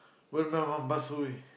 when my mom pass away